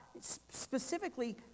specifically